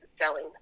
selling